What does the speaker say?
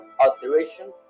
alteration